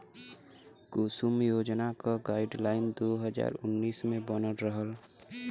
कुसुम योजना क गाइडलाइन दू हज़ार उन्नीस मे बनल रहल